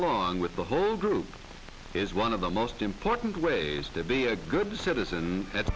along with the whole group is one of the most important ways to be a good citizen